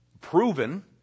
proven